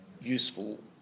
useful